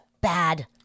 bad